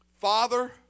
Father